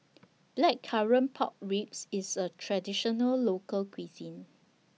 Blackcurrant Pork Ribs IS A Traditional Local Cuisine